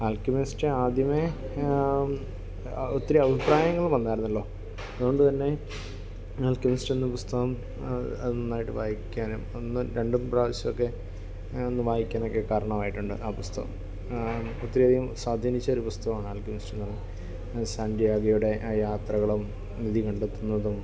ആൽക്കെമിസ്റ്റാദ്യമേ ആ ഒത്തിരി അഭിപ്രായങ്ങൾ വന്നായിരുന്നല്ലോ അതുകൊണ്ട് തന്നെ ആൽക്കെമിസ്റ്റെന്ന പുസ്തകം അത് നന്നായിട്ട് വായിക്കാനും ഒന്നും രണ്ടും പ്രാവശ്യമൊക്കെ ഞാനൊന്ന് വായിക്കാനൊക്കെ കാരണവായിട്ടുണ്ട് ആ പുസ്തകം ഒത്തിരി അധികം സ്വാധീനിച്ചൊരു പുസ്തകമാണ് ആൽക്കെമിസ്റ്റെന്ന് പറയുന്നത് സഞ്ചാരിയുടെ ആ യാത്രകളും നിധി കണ്ടെത്തുന്നതും